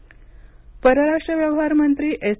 जयशंकर परराष्ट्र व्यवहार मंत्री एस